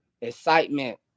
excitement